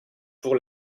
pour